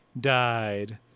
died